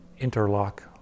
interlock